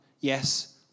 Yes